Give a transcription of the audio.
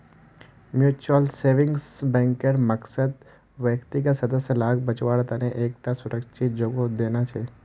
mutual savings बैंकेर मकसद व्यक्तिगत सदस्य लाक बच्वार तने एक टा सुरक्ष्हित जोगोह देना छे